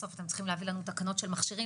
בסוף אתם צריכים להביא לנו תקנות של מכשירים.